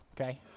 okay